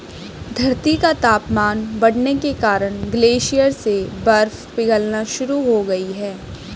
धरती का तापमान बढ़ने के कारण ग्लेशियर से बर्फ पिघलना शुरू हो गयी है